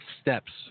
steps